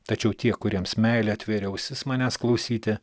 tačiau tie kuriems meilė atverė ausis manęs klausyti